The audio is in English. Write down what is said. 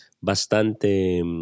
bastante